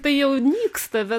tai jau nyksta bet